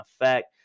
effect